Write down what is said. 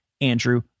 Andrew